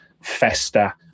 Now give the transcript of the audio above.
fester